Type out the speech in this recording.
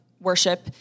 worship